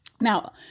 now